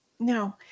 No